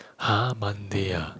!huh! monday ah